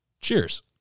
Cheers